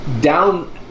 Down